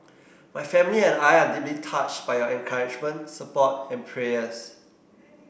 my family and I are deeply touched by your encouragement support and prayers